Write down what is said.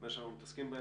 מה שאנחנו מתעסקים בו.